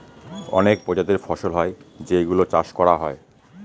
অনেক প্রজাতির ফসল হয় যেই গুলো চাষ করা হয়